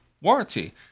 warranty